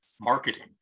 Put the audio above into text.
marketing